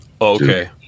Okay